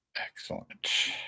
Excellent